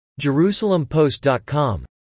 JerusalemPost.com